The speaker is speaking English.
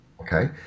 Okay